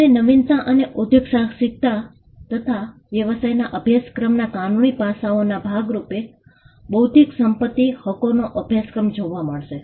તમને નવીનતા અને ઉદ્યોગ સાહસિકતા તથા વ્યવસાયના અભ્યાસક્રમના કાનૂની પાસઓના ભાગરૂપે બૌદ્ધિક સંપત્તિ હકોનો અભ્યાસક્રમ જોવા મળશે